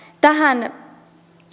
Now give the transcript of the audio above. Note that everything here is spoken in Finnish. tähän